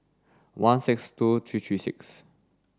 one six two three three six